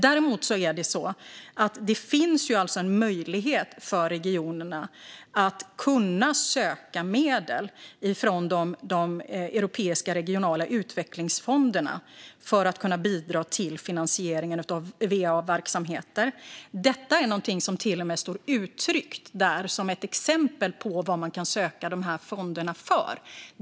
Däremot finns det en möjlighet för regionerna att söka medel från de europeiska regionala utvecklingsfonderna för att kunna bidra till finansiering av va-verksamheter. Detta är någonting som till och med står uttryckt som ett exempel på vad man kan söka fonderna för.